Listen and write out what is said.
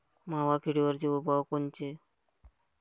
मावा किडीवरचे उपाव कोनचे?